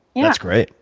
yeah. that's great.